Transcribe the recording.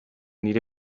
nire